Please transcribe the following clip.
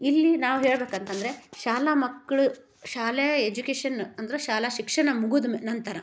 ಇಲ್ಲಿ ನಾವು ಹೇಳಬೇಕಂತಂದ್ರೆ ಶಾಲಾ ಮಕ್ಕಳು ಶಾಲೆ ಎಜುಕೇಶನ್ ಅಂದ್ರೆ ಶಾಲಾ ಶಿಕ್ಷಣ ಮುಗಿದ್ ಮೇ ನಂತರ